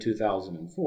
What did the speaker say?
2004